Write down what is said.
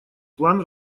план